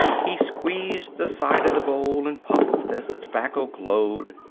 he squeezed the side of the bowl and puffed as the tobacco glowed.